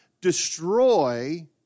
destroy